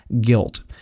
guilt